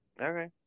Okay